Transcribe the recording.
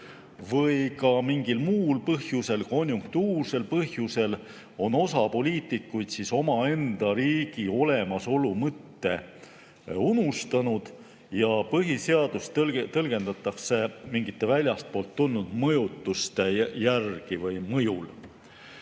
või ka mingil muul põhjusel, konjunktuursel põhjusel on osa poliitikuid omaenda riigi olemasolu mõtte unustanud ja põhiseadust tõlgendatakse mingite väljastpoolt tulnud mõjutuste mõjul.